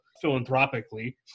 philanthropically